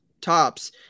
tops